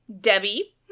Debbie